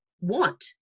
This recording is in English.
want